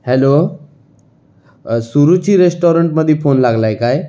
hello Suruchi रेस्टॉरंटमधी phone लागला आहे काय